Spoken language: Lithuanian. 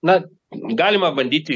na galima bandyti